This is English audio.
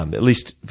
and at least